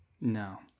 No